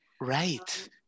Right